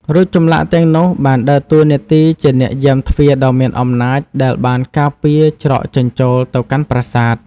រូបចម្លាក់ទាំងនោះបានដើរតួនាទីជាអ្នកយាមទ្វារដ៏មានអំណាចដែលបានការពារច្រកចេញចូលទៅកាន់ប្រាសាទ។